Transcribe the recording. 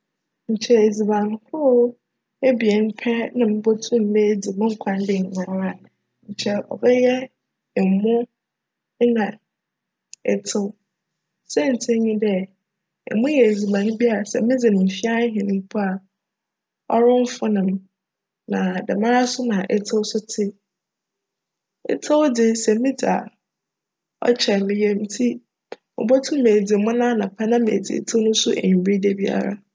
Nkyj edziban horow ebien pjr na mobotum m'edzi mo nkwa nda nyinara a, nkyj cbjyj emo na etsew. Siantsir nye dj, emo yj edziban bi a sj midzi no mfe ahjn mpo a crofon me na djmara so na etsew so tse. Etsew dze sj midzi a, ckyjr me yamu ntsi mobotum edzi emo no anapa nna etsew so ewimbir dabiara.